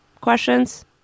questions